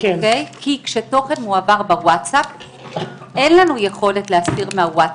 כי כשתוכן מועבר בוואטסאפ אין לנו יכולת להסיר מהוואטסאפ.